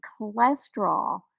Cholesterol